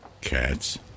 Cats